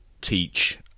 teach